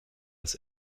das